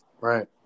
right